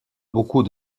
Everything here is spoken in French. beaucoup